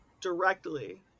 directly